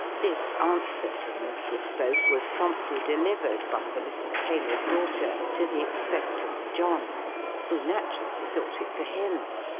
this answer from mr. spohf was promptly delivered by the little tailor's daughter to the expectant john who naturally thought it for him.